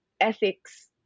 ethics